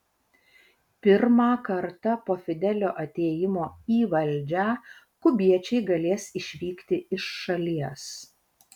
pirmą kartą po fidelio atėjimo į valdžią kubiečiai galės išvykti iš šalies